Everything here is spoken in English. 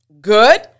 good